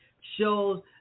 shows